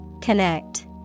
Connect